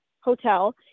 Hotel